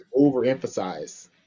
overemphasize